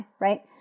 right